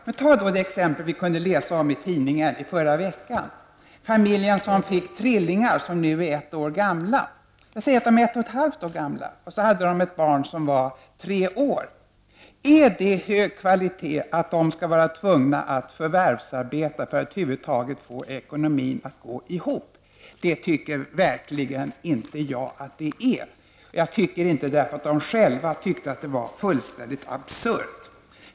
Men ta då det exempel som vi kunde läsa om i tidningen i förra veckan, den familj som fick trillingar som nu är någonstans mellan 1 och 1,5 år gamla och som hade ett barn som var 3 år. Är det hög kvalitet att de skall vara tvungna att förvärvsarbeta för att över huvud taget få ekonomin att gå ihop? Det tycker verkligen inte jag. Jag tycker det inte därför att de själva tyckte att det var fullständigt absurt.